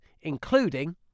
including